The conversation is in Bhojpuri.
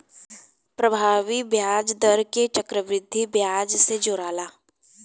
प्रभावी ब्याज दर के चक्रविधि ब्याज से जोराला